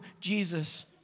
Jesus